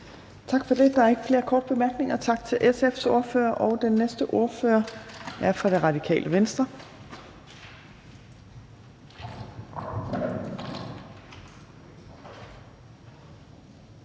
Tak for det. Der er ikke flere korte bemærkninger, så tak til SF's ordfører. Den næste ordfører er fra Det Radikale Venstre.